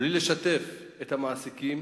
בלי לשתף את המעסיקים